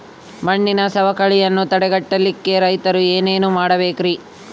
ಮಣ್ಣಿನ ಸವಕಳಿಯನ್ನ ತಡೆಗಟ್ಟಲಿಕ್ಕೆ ರೈತರು ಏನೇನು ಮಾಡಬೇಕರಿ?